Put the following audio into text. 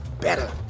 Better